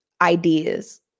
ideas